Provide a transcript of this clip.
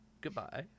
goodbye